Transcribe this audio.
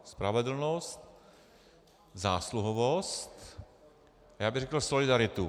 Spravedlnost, zásluhovost, já bych řekl solidaritu.